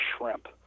shrimp